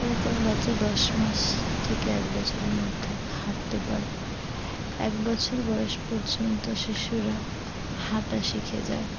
কোনো কোনো বাচ্চা দশ মাস থেকে এক বছরের মধ্যে হাঁটতে পারে এক বছর বয়স পর্যন্ত শিশুরা হাঁটা শিখে যায়